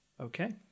Okay